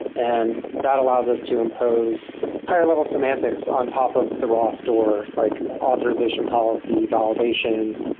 and that allows us to impose higher-level semantics on top of the raw store, like authorization policy, validation,